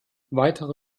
weitere